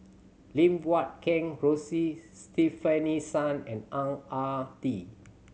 Lim Guat Kheng Rosie Stefanie Sun and Ang Ah Tee